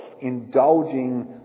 indulging